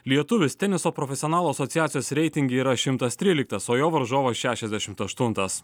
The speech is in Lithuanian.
lietuvis teniso profesionalų asociacijos reitinge yra šimtas tryliktas o jo varžovas šešiasdešimt aštuntas